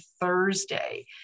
Thursday